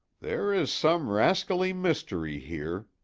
there is some rascally mystery here,